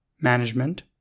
management